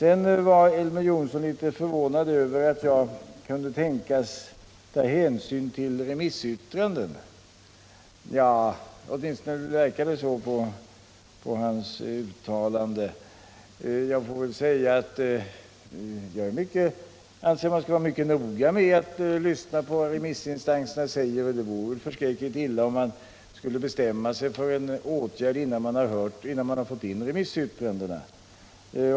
Elver Jonsson var förvånad över att jag kunde tänkas ta hänsyn till remissyttranden — åtminstone verkade det så på hans uttalande. Jag anser att man skall vara mycket noga med att lyssna på vad remissinstanserna säger, och det vore förskräckligt illa om man skulle bestämma sig för en åtgärd innan man har fått in remissyttrandena.